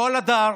לא על הדר,